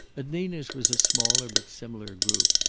at nina's was a smaller but similar group.